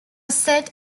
set